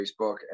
Facebook